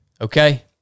okay